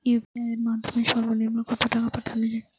UPI এর মাধ্যমে সর্ব নিম্ন কত টাকা পাঠানো য়ায়?